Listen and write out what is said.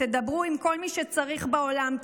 תדברו עם כל מי שצריך בעולם,